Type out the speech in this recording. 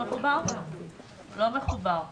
הטכנולוגיה